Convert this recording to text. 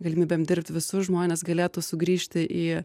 galimybėm dirbt visus žmonės galėtų sugrįžti į